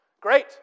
Great